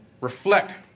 Reflect